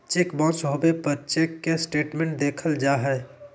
cheque bounce होबे पर check के स्टेटस देखल जा हइ